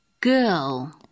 Girl